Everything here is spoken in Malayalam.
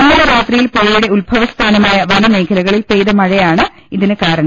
ഇന്നലെ രാത്രിയിൽ പുഴയുടെ ഉത്ഭവസ്ഥാനമായ വനമേഖലകളിൽ പ്രെയ്ത മഴയാണ് ഇതിന് കാരണം